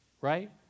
right